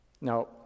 Now